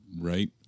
right